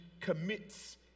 commits